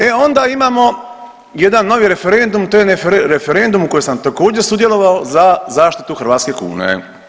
E onda imamo jedan novi referendum, to je referendum u kojem sam također sudjelovao za zaštitu hrvatske kune.